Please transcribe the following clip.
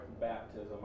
baptism